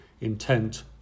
intent